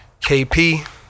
KP